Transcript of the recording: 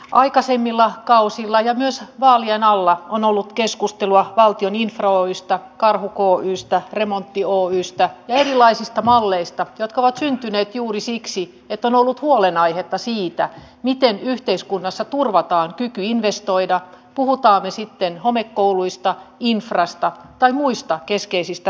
aikaisemmilla kausilla ja myös vaalien alla on ollut keskustelua valtion infra oystä karhu oystä remontti oystä ja erilaisista malleista jotka ovat syntyneet juuri siksi että on ollut huolenaihetta siitä miten yhteiskunnassa turvataan kyky investoida puhutaan sitten homekouluista infrasta tai muista keskeisistä ratkaisuista